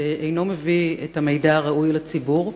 שאינו מביא את המידע הראוי לציבור,